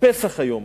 פסח היום.